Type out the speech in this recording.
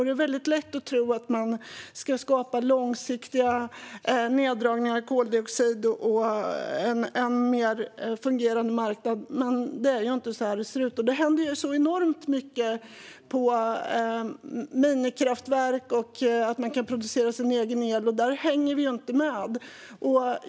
Det är lätt att tro att man kan skapa långsiktiga neddragningar när det gäller koldioxid och en bättre fungerande marknad, men det är inte så det ser ut. Det händer enormt mycket när det gäller minikraftverk och att man kan producera sin egen el. Där hänger vi inte med.